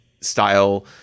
style